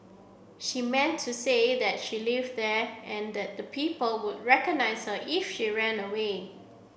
she meant to say that she lived there and that the people would recognise her if she ran away